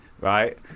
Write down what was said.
Right